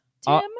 Tim